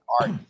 art